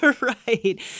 Right